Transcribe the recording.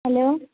hello